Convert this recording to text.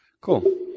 cool